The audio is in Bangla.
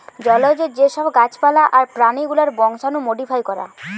জলজ যে সব গাছ পালা আর প্রাণী গুলার বংশাণু মোডিফাই করা